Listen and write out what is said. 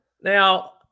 now